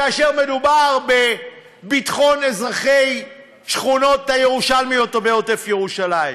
כאשר מדובר בביטחון אזרחי השכונות הירושלמיות או בעוטף-ירושלים.